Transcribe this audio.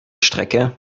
strecke